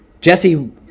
Jesse